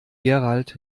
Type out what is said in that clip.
gerald